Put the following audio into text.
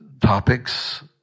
topics